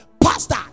Pastor